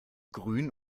grün